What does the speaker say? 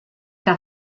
que